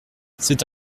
c’est